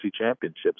Championships